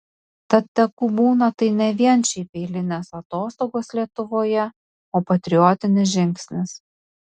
tad tegu būna tai ne vien šiaip eilinės atostogos lietuvoje o patriotinis žingsnis